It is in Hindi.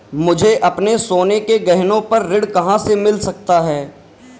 मुझे अपने सोने के गहनों पर ऋण कहाँ से मिल सकता है?